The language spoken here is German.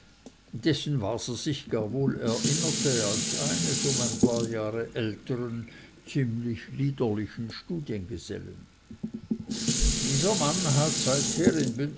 dessen sich waser gar wohl erinnerte als eines um ein paar jahre ältern ziemlich liederlichen studiengesellen dieser mann hat seither